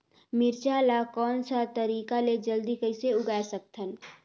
मिरचा ला कोन सा तरीका ले जल्दी कइसे उगाय सकथन?